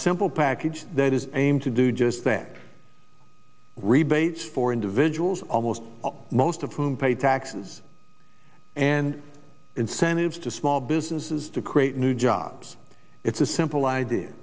simple package that is aimed to do just that rebates for individuals almost most of whom pay taxes and incentives to small businesses to create new jobs it's a simple i